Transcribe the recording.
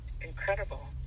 incredible